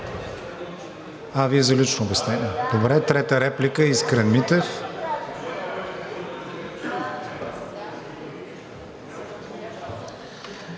А, Вие за лично обяснение. Добре, трета реплика – Искрен Митев.